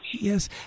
yes